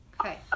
Okay